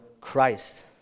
Christ